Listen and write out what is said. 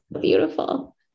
beautiful